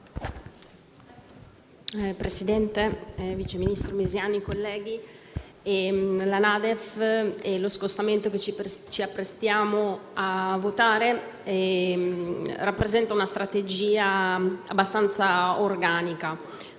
Presidente, vice ministro Misiani, colleghi, la NADEF, con lo scostamento che ci apprestiamo a votare, rappresenta una strategia abbastanza organica.